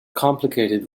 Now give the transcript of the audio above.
complicated